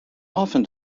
often